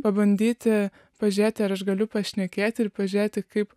pabandyti pažiūrėti ar aš galiu pašnekėti ir pažiūrėti kaip